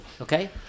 okay